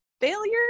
failure